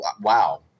wow